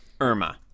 Irma